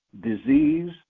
disease